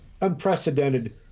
Unprecedented